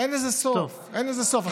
אין לזה סוף, אין לזה סוף.